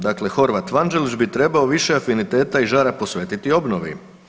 Dakle, Horvat, Vanđelić bi trebao više afiniteta i žara posvetiti obnovi.